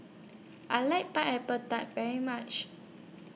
I like Pineapple Tart very much